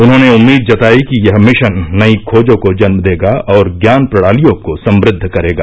उन्होंने उम्मीद जताई कि यह मिषन नई खोजों को जन्म देगा और ज्ञान प्रणालियों को समुद्ध करेगा